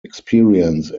experience